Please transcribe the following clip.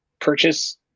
purchase